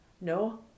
No